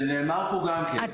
זה נאמר פה גם כן,